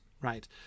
right